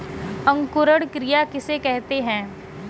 अंकुरण क्रिया किसे कहते हैं?